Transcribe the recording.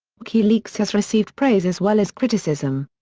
wikileaks has received praise as well as criticism.